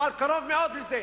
אבל קרוב מאוד לזה,